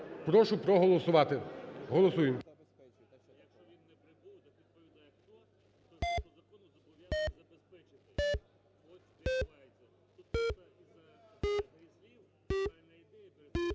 прошу проголосувати. Голосуємо.